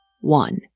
One